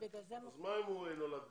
אז מה אם הוא נולד בישראל?